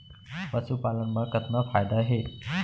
पशुपालन मा कतना फायदा हे?